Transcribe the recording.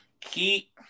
Keep